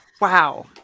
Wow